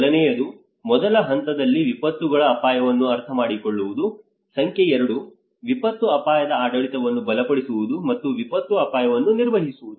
ಮೊದಲನೆಯದು ಮೊದಲ ಹಂತದಲ್ಲಿ ವಿಪತ್ತುಗಳ ಅಪಾಯವನ್ನು ಅರ್ಥಮಾಡಿಕೊಳ್ಳುವುದು ಸಂಖ್ಯೆ 2 ವಿಪತ್ತು ಅಪಾಯದ ಆಡಳಿತವನ್ನು ಬಲಪಡಿಸುವುದು ಮತ್ತು ವಿಪತ್ತು ಅಪಾಯವನ್ನು ನಿರ್ವಹಿಸುವುದು